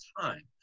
time